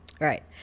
Right